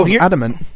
Adamant